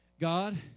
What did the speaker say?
God